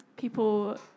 people